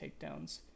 takedowns